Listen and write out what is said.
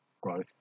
growth